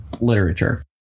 literature